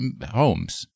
homes